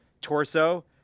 torso